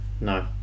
no